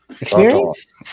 Experience